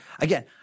Again